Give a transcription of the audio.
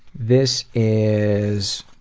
this is